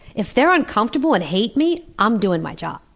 if they're uncomfortable and hate me, i'm doing my job.